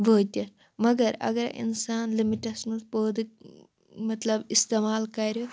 وٲتِتھ مگر اگرَے اِنسان لِمِٹَس منٛز پٲدٕ مطلب اِستعمال کَرِ